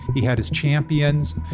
he had his champions.